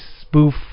spoof